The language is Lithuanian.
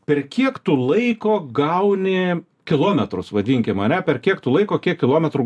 per kiek tu laiko gauni kilometrus vadinkim ane per kiek tu laiko kiek kilometrų